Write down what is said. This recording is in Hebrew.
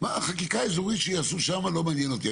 חקיקה אזורית שיעשו שם לא מעניין אותי,